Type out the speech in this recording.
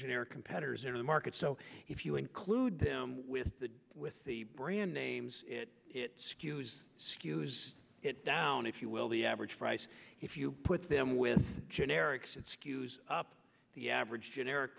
competitors in the market so if you include them with the with the brand names it skews skews it down if you will the average price if you put them with generics it skews up the average generic